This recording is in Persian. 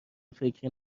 فکری